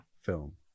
film